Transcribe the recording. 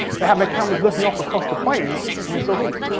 they had their cameras looking off across the plains and they saw these.